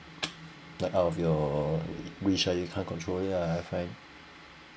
like out of your wish lah shall you can't control it lah I find